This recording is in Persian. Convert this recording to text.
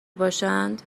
باشند